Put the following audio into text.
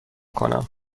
کنم